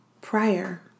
prior